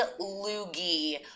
loogie